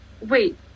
wait